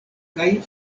kaj